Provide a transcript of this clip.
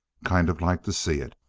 kind of like to see it.